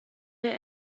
der